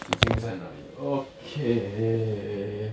纸巾在哪里 okay